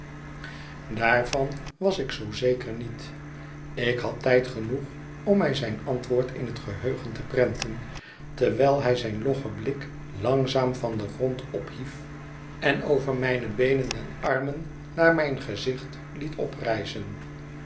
daarvan was ik zoo zeker niet ik had tijd genoeg om mij zijn antwoord in het geheugen te prenten terwijl hij zijn loggen blik langzaam van den grond ophief en over mijne beenen en armen naar mijn gezicht liet